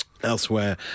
elsewhere